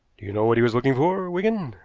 you know what he was looking for, wigan?